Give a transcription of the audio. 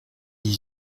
dix